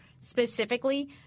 specifically